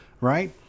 right